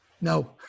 No